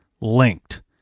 linked